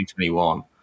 2021